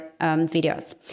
videos